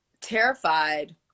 terrified